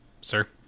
sir